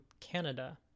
Canada